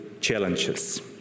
challenges